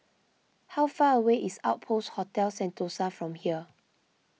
how far away is Outpost Hotel Sentosa from here